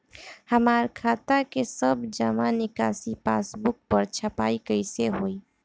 हमार खाता के सब जमा निकासी पासबुक पर छपाई कैसे होई?